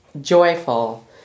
joyful